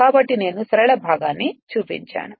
కాబట్టి నేను సరళ భాగాన్ని చూపించాను